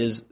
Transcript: is